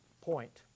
point